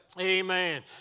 Amen